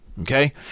Okay